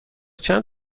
چند